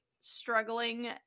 struggling